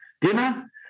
dinner